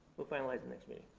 we'll finalize it next meeting.